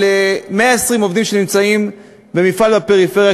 על 120 עובדים שנמצאים במפעל בפריפריה,